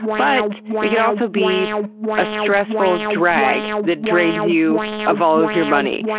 but it could also be a stressful drag that drains you of all of your money.